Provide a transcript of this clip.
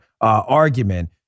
argument